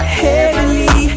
heavenly